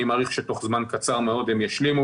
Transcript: אני מעריך שבתוך זמן קצר מאוד הם ישלימו